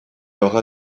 aura